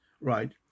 right